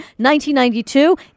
1992